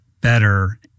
better